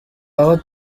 aho